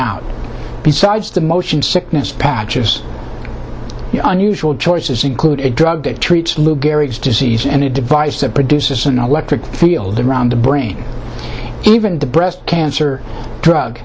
out besides the motion sickness patches unusual choices include a drug that treats lou gehrig's disease and a device that produces sonata fields around the brain even the breast cancer drug